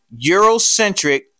Eurocentric